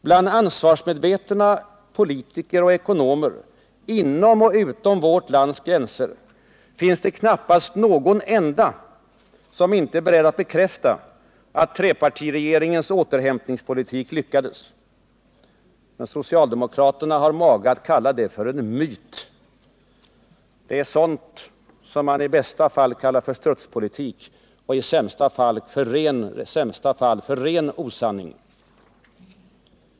Bland ansvarsmedvetna politiker och ekonomer inom och utom vårt lands gränser finns det knappast någon som inte är beredd att bekräfta, att trepartiregeringens återhämtningspolitik lyckades. Men socialdemokraterna har mage att påstå att detta är ”en myt”. Det är sådant som i bästa fall kallas strutspolitik, i sämsta fall för ren osanning.